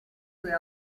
sue